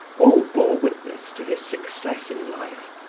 all bore witness to his success in life,